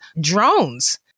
drones